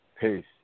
Peace